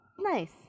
nice